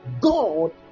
God